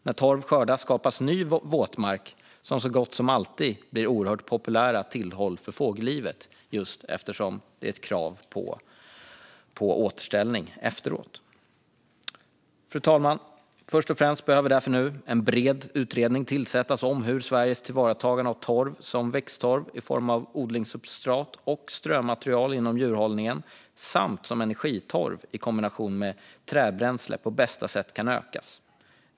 När torv skördas skapas ny våtmark, som så gott som alltid blir oerhört populära tillhåll för fågellivet, just eftersom det finns krav på återställning. Fru talman! Först och främst behöver det nu tillsättas en bred utredning om hur det går att öka Sveriges tillvaratagande av torv, som växttorv i form av odlingssubstrat och strömaterial inom djurhållningen samt som energitorv i kombination med trädbränsle på bästa sätt.